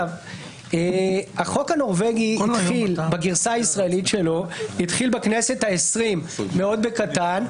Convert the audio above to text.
החוק הנורבגי התחיל בגרסה הישראלית שלו בכנסת העשרים מאוד בקטן,